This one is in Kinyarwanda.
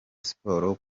sports